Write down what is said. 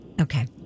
okay